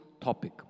topic